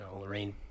Lorraine